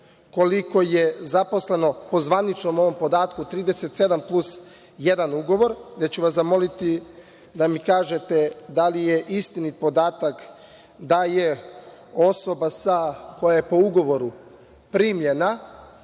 koliko je zaposleno po zvaničnom ovom podatku 37 plus jedan ugovor, gde ću vas zamoliti da mi kažete da li je istinit podatak da je osoba koja je po ugovoru primljena,